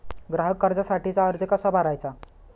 ग्राहक कर्जासाठीचा अर्ज कसा भरायचा?